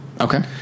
Okay